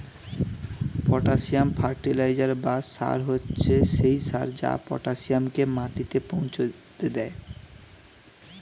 potassium fertiliser বা সার হচ্ছে সেই সার যা পটাসিয়ামকে মাটিতে পৌঁছাতে দেয়